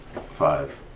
Five